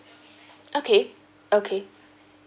okay okay